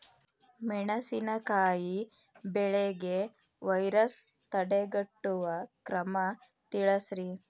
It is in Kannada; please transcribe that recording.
ಮೆಣಸಿನಕಾಯಿ ಬೆಳೆಗೆ ವೈರಸ್ ತಡೆಗಟ್ಟುವ ಕ್ರಮ ತಿಳಸ್ರಿ